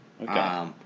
Okay